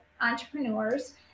entrepreneurs